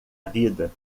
vida